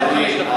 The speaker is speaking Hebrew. אדוני.